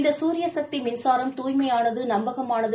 இந்த சூரியசக்தி மின்சாரம் தூய்மையானது நம்பகமானது